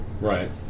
Right